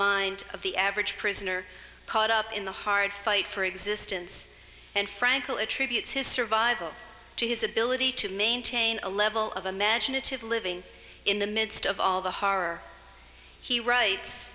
mind of the average prisoner caught up in the hard fight for existence and frankel attributes his survival to his ability to maintain a level of imaginative living in the midst of all the horror he writes